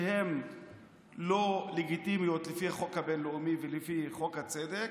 שהן לא לגיטימיות לפי החוק הבין-לאומי ולפי חוק הצדק,